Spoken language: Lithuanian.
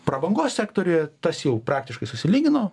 prabangos sektoriuje tas jau praktiškai susilygino